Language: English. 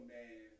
man